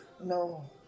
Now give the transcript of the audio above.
no